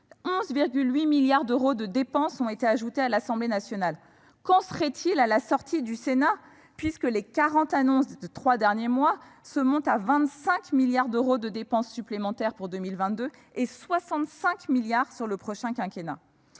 11,8 milliards d'euros de dépenses ont été ajoutés à l'Assemblée nationale. Qu'en serait-il à la sortie du Sénat, puisque les quarante annonces des trois derniers mois représentent 25 milliards d'euros de dépenses supplémentaires pour 2022 et 65 milliards d'euros sur le prochain quinquennat ?